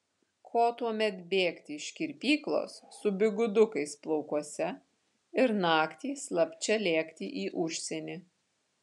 ko tuomet bėgti iš kirpyklos su bigudukais plaukuose ir naktį slapčia lėkti į užsienį